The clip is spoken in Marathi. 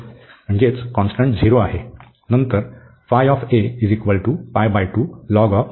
तर आपल्याला हे कॉन्स्टंट 0 मिळाले